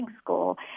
school